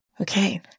Okay